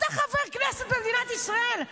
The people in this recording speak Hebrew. אתה חבר כנסת במדינת ישראל.